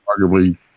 arguably